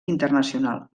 internacional